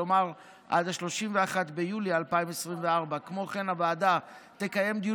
כלומר עד ל-31 ביולי 2024. כמו כן הוועדה תקיים דיון